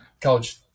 college